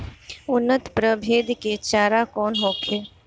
उन्नत प्रभेद के चारा कौन होखे?